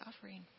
offering